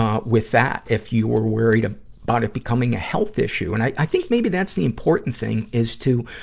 um with that if you were worried about ah but it becoming a health issue. and i, i think maybe that's the important thing, is to